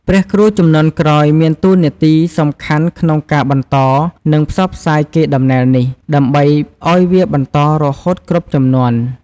ព្រះគ្រូជំនាន់ក្រោយមានតួនាទីសំខាន់ក្នុងការបន្ត និងផ្សព្វផ្សាយកេរដំណែលនេះ ដើម្បីឲ្យវាបន្តរហូតគ្រប់ជំនាន់។